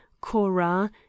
cora